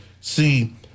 see